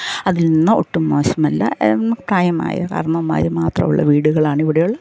അതിൽനിന്ന് ഒട്ടും മോശമല്ല പ്രായമായ കാർന്നോമ്മാർ മാത്രമുള്ള വീടുകളാണ് ഇവിടെയുള്ളത്